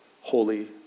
holy